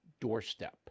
doorstep